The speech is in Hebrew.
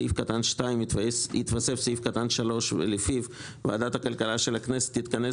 סעיף קטן (2) יתוסף סעיף קטן (3) ולפיו ועדת הכלכלה של הכנסת תתכנס